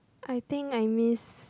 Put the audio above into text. I think I miss